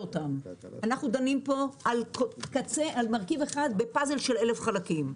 אנחנו דנים פה על מרכיב אחד בפאזל של אלף חלקים.